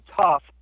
tough